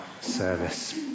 service